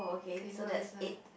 okay so this one